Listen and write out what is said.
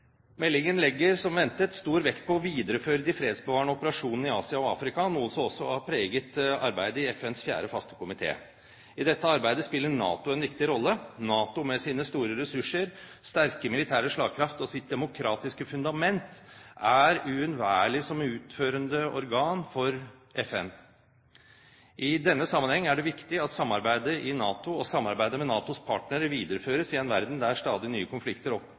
Meldingen legger, som ventet, stor vekt på å videreføre de fredsbevarende operasjonene i Asia og Afrika, noe som også har preget arbeidet i FNs fjerde faste komité. I dette arbeidet spiller NATO en viktig rolle. NATO med sine store ressurser, sterke militære slagkraft og sitt demokratiske fundament er uunnværlig som utførende organ for FN. I denne sammenheng er det viktig at samarbeidet i NATO og samarbeidet med NATOs partnere videreføres i en verden der stadig nye konflikter